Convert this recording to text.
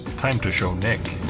time to show nick